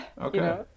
okay